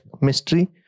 mystery